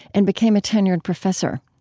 and became a tenured professor.